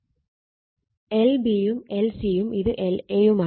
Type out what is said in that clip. lB യും lC യും ഇത് lA യുമാണ്